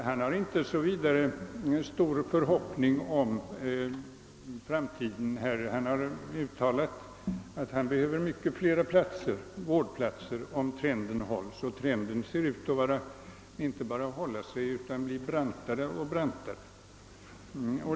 Han har inte särskilt stora förhoppningar om framtiden utan har förklarat att han behöver många fler vårdplatser om trenden fortsätter oförändrad; och trenden ser ut att inte bara hålla sig, utan kurvan blir brantare och brantare.